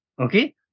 okay